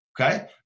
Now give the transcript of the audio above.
Okay